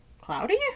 Cloudy